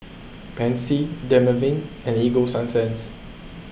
Pansy Dermaveen and Ego Sunsense